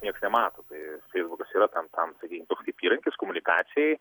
nieks nemato tai feisbukas yra tam tam sakykim toks kaip įrankis komunikacijai